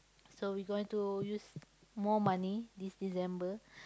so we going to use more money this December